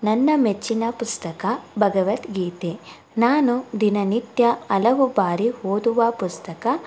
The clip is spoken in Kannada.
ನನ್ನ ಮೆಚ್ಚಿನ ಪುಸ್ತಕ ಭಗವದ್ಗೀತೆ ನಾನು ದಿನ ನಿತ್ಯ ಹಲವು ಬಾರಿ ಓದುವ ಪುಸ್ತಕ